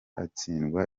atsindwa